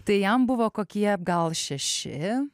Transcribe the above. tai jam buvo kokie gal šeši